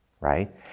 Right